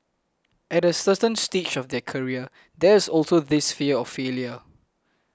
at a certain stage of their career there is also this fear of failure